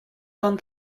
gone